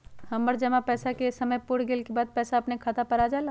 हमर जमा पैसा के समय पुर गेल के बाद पैसा अपने खाता पर आ जाले?